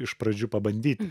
iš pradžių pabandyt